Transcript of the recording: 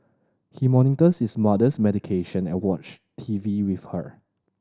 he monitors his mother's medication and watch T V with her